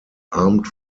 armed